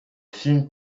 film